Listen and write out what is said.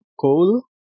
coal